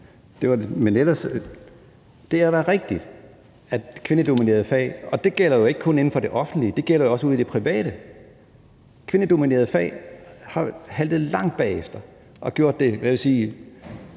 Men ellers er det da rigtigt, at kvindedominerede fag, og det gælder ikke kun inden for det offentlige, det gælder jo også ude i det private, har haltet langt bagefter og har gjort det i, nu sagde